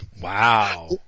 Wow